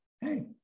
hey